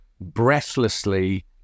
breathlessly